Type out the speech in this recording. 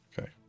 Okay